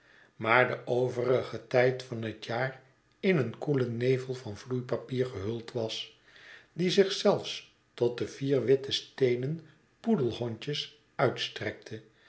maar den overigen tijd van het jaar in een koelen nevel van vloeipapier gehuld was die zich zelfs tot de vier witte steenen poedelhondjes uitstrekte